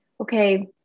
okay